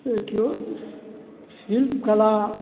देखिऔ शिल्पकला